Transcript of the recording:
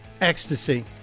ecstasy